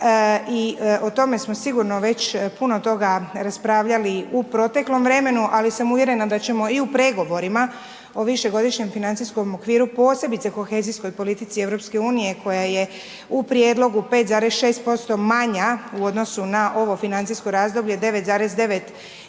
I o tome smo sigurno već puno toga raspravljali u proteklom vremenu, ali sam uvjerena da ćemo i u pregovorima o višegodišnjem financijskom okviru, posebice kohezijskoj politici EU, koja je u prijedlogu 5,6% manja u odnosu na ovo financijsko razdoblje, 9,9